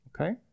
Okay